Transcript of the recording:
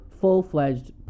full-fledged